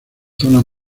zonas